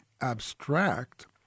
abstract